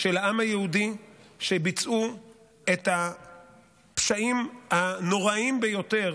של העם היהודי שביצעו את הפשעים הנוראיים ביותר